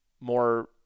more